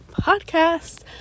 podcast